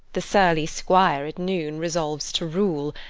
the surly squire at noon resolves to rule,